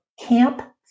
Camp